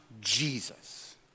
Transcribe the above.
Jesus